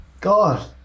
God